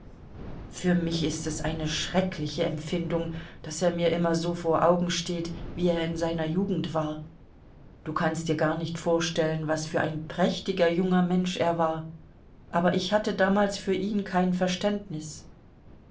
für mich ist es eine schreckliche empfindung daß er mir immer so vor augen steht wie er in seiner jugend war du kannst dir gar nicht vorstellen was für ein prächtiger junger mensch er war aber ich hatte damals für ihn kein verständnis